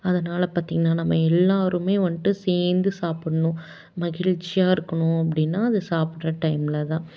அதனால் பார்த்திங்கன்னா நம்ம எல்லாருமே வந்துட்டு சேர்ந்து சாப்பிட்ணும் மகிழ்ச்சியாக இருக்குணும் அப்படின்னா அது சாப்பிட்ற டைமில் தான்